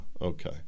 Okay